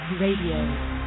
Radio